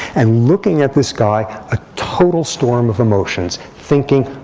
and looking at this guy, a total storm of emotions thinking,